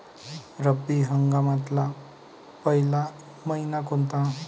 रब्बी हंगामातला पयला मइना कोनता?